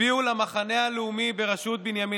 הצביעו למחנה הלאומי ברשות בנימין